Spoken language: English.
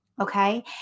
okay